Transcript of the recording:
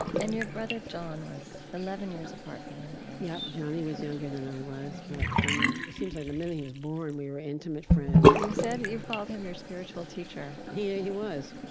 and your brother john was eleven years apart from you in age yeah, johnny was younger than i was. but from, it seems like the minute he was born, we were intimate friends you said you've called him your spiritual teacher yeah, he was.